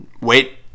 wait